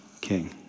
king